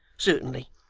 certainly